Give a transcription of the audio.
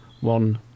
one